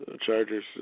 Chargers